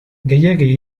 gehiegi